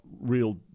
real